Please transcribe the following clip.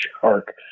shark